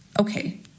Okay